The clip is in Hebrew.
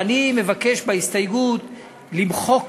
ואני מבקש בהסתייגות למחוק